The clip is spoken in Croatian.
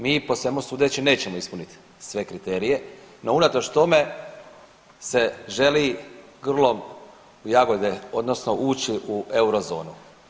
Mi po svemu sudeći nećemo ispuniti sve kriterije, no unatoč tome se želi grlom u jagode odnosno ući u eurozonu.